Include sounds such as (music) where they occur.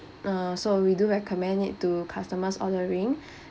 uh so we do recommend it to customers ordering (breath)